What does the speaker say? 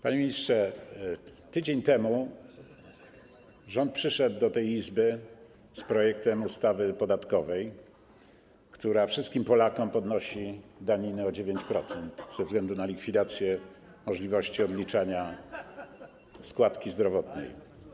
Panie ministrze, tydzień temu rząd przyszedł do tej Izby z projektem ustawy podatkowej, która wszystkim Polakom podnosi daninę o 9% ze względu na likwidację możliwości odliczania składki zdrowotnej.